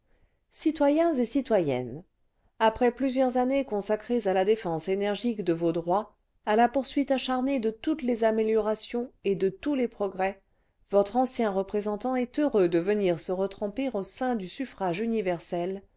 citoyens et citoyennes après plusieurs années consacrées àla défense énergique cle vos droits à la poursuite acharnée cle toutes les améliorations et cle tous les progrès votre ancien représentant est heureux de venir se retremper au sein du suffrage universel